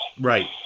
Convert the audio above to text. Right